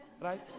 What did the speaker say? right